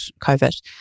COVID